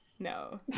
No